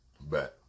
back